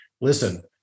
Listen